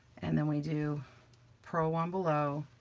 and then we do purl one below